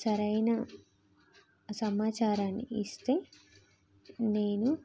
సరైన సమాచారాన్ని ఇస్తే నేను